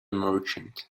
merchant